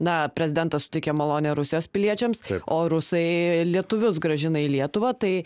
na prezidentas suteikia malonę rusijos piliečiams o rusai lietuvius grąžina į lietuvą tai